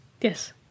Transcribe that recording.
Yes